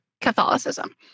Catholicism